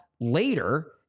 later